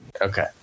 Okay